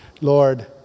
Lord